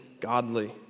godly